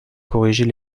corriger